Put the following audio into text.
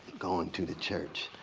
going to the church.